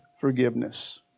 forgiveness